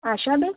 Ashaben